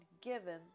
given